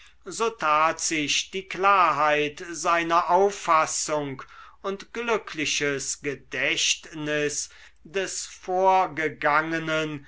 so tat sich die klarheit seiner auffassung und glückliches gedächtnis des vorgegangenen